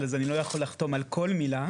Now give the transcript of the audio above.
אז אני לא יכול לחתום על כל מילה.